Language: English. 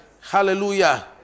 Hallelujah